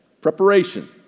preparation